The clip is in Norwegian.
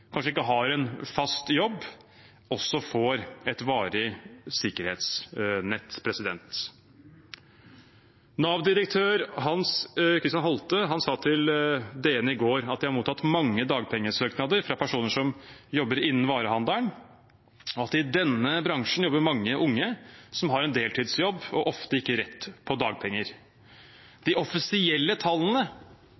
kanskje ikke har en fast jobb, også får et varig sikkerhetsnett. Nav-direktør Hans Christian Holte sa til Dagens Næringsliv i går at de har mottatt mange dagpengesøknader fra personer som jobber innenfor varehandel, og at det i denne bransjen jobber mange unge som har en deltidsjobb og ofte ikke rett på dagpenger.